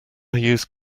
use